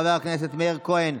חבר הכנסת מאיר כהן,